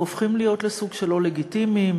הופכים להיות סוג של לא לגיטימיים,